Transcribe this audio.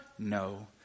No